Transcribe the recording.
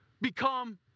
become